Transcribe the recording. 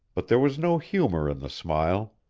but there was no humor in the smile.